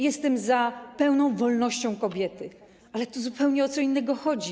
Jestem za pełną wolnością kobiety, ale tu zupełnie o co innego chodzi.